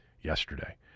yesterday